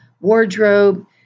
wardrobe